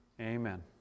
Amen